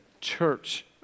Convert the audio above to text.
church